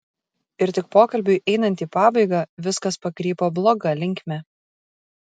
ir tik pokalbiui einant į pabaigą viskas pakrypo bloga linkme